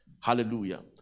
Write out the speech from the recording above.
Hallelujah